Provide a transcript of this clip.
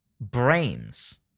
brains